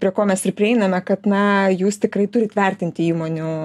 prie ko mes ir prieiname kad na jūs tikrai turit vertinti įmonių